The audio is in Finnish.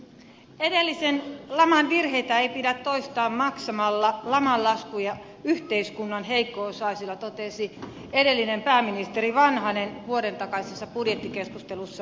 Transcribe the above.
edellisen laman virheitä ei pidä toistaa maksattamalla laman laskuja yhteiskunnan heikko osaisilla totesi edellinen pääministeri vanhanen vuoden takaisessa budjettikeskustelussa